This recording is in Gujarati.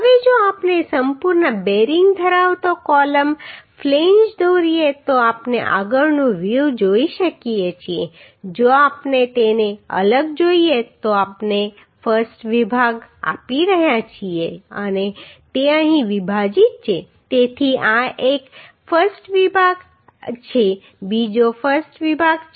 હવે જો આપણે સંપૂર્ણ બેરિંગ ધરાવતો કોલમ ફ્લેંજ દોરીએ તો આપણે આગળનું વ્યુ જોઈ શકીએ છીએ જો આપણે તેને અલગ જોઈએ તો આપણે I વિભાગ આપી રહ્યા છીએ અને તે અહીં વિભાજિત છે તેથી આ એક I વિભાગ છે બીજો I વિભાગ છે